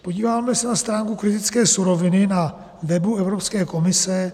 Podíváme se na stránku kritické suroviny na webu Evropské komise.